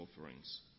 offerings